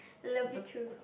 levy two